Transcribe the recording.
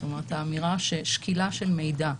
זאת אומרת, האמירה של שקילה של מידע,